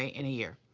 ah in a year.